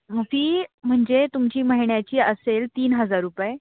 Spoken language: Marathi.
फी म्हणजे तुमची महिन्याची असेल तीन हजार रुपये